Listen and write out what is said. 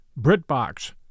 BritBox